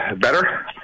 Better